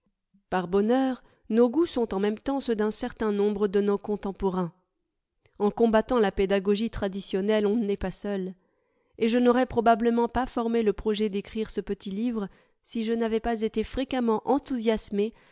par bonheur nos goûts sont en même temps ceux d'un certain nombre de nos contemporains en combattant la pédagogie traditionnelle on n'est pas seul et je n'aurais probablement pas formé le projet d'écrire ce petit livre si je n'avais pas été fréquemment enthousiasmé